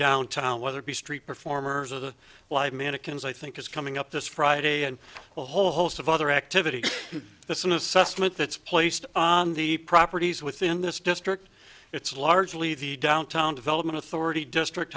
downtown whether be street performers or the live mannequins i think is coming up this friday and a whole host of other activities this is an assessment that's placed on the properties within this district it's largely the downtown development authority district